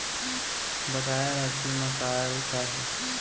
बकाया राशि मा कॉल का हे?